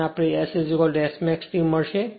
જેના માટે આપણને S Smax T મળશે